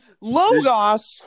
Logos